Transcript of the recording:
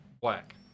black